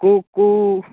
କେଉଁ କେଉଁ